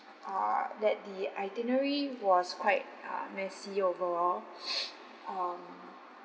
uh that the itinerary was quite uh messy overall um